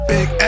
Big